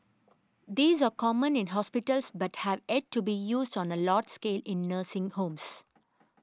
these are common in hospitals but have yet to be used on a large scale in nursing homes